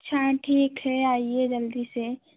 अच्छा ठीक है आइए जल्दी से